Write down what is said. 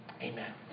Amen